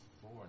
four